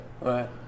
Right